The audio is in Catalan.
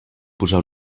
posar